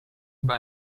über